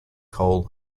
cole